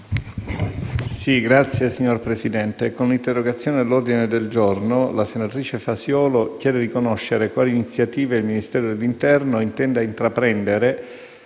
Signor Presidente, con l'interrogazione all'ordine del giorno la senatrice Fasiolo chiede di conoscere quali iniziative il Ministro dell'interno intenda intraprendere